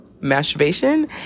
masturbation